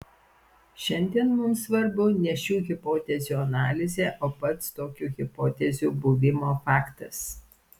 šiandien mums svarbu ne šių hipotezių analizė o pats tokių hipotezių buvimo faktas